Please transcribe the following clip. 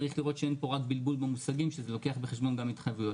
צריך לראות שאין פה בלבול במושגים שזה לוקח בחשבון גם התחייבויות.